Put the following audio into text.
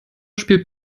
spielt